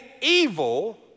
evil